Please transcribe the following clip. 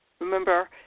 Remember